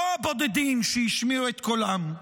לא הבודדים שהשמיעו את קולם.